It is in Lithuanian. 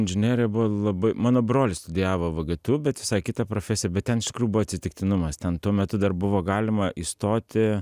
inžinerija buvo labai mano brolis studijavo vgtu bet visai kitą profesiją bet ten iš tikrųjų buvo atsitiktinumas ten tuo metu dar buvo galima įstoti